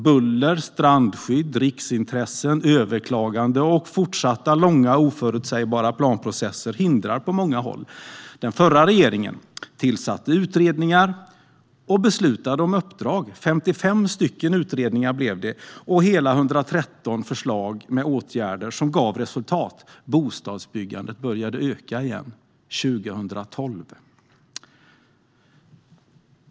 Buller, strandskydd, riksintressen, överklaganden och fortsatt långa oförutsägbara planprocesser hindrar på många håll. Den förra regeringen tillsatte utredningar och beslutade om uppdrag. 55 utredningar blev det och hela 113 förslag till åtgärder som gav resultat. Bostadsbyggandet började öka igen 2012.